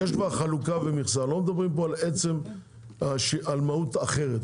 יש כבר חלוקה ומכסה, ולא מדברים פה על מהות אחרת.